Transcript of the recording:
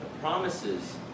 promises